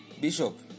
bishop